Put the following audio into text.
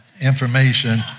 information